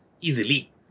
easily